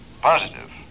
Positive